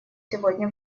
сегодня